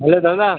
hello দাদা